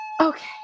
Okay